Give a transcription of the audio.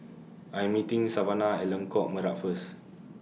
I'm meeting Savanah At Lengkok Merak First